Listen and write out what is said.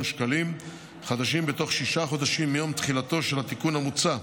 שקלים חדשים בתוך שישה חודשים מיום תחילתו של התיקון המוצע.